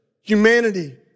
Humanity